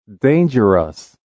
Dangerous